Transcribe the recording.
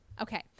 Okay